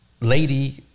lady